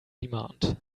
demand